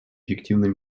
эффективный